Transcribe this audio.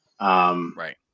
Right